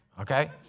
Okay